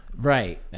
Right